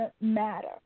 matter